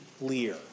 Lear